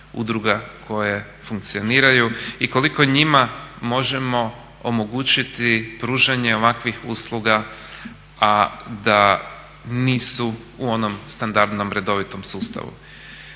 koje funkcioniraju i koliko njima možemo omogućiti pružanje ovakvih usluga a da nisu u onom standardnom redovitom sustavu.